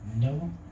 No